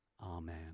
Amen